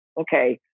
okay